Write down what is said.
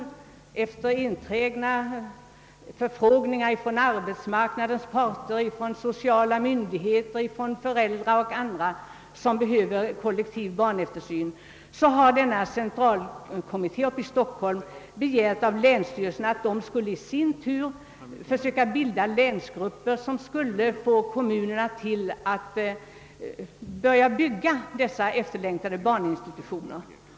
Det sker efter enträgna förfrågningar från arbetsmarknadens parter, från sociala myndigheter och från föräldrar och andra som är intresserade av kollektiv barntillsyn. Denna arbetsgrupp har i sin tur hos länsstyrelserna begärt att dessa skulle tillsätta grupper inom respektive län med uppgift att förmå kommunerna att börja bygga sådana efterlängtade barninstitutioner.